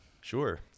Sure